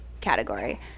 category